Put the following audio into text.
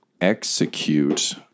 execute